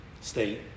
State